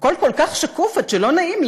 הכול כל כך שקוף עד שלא נעים,